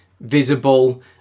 visible